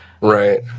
right